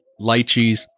lychees